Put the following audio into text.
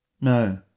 No